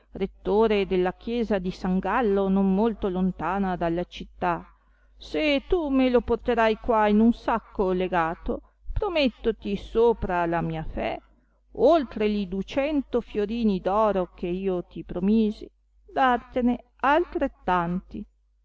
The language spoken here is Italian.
rettore della chiesa di san gallo non molto lontana dalla città se tu me lo porterai qua in un sacco legato promettoti sopra la mia fé oltre li ducento fiorini d oro che io ti promisi dartene altrettanti